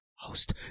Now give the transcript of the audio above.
host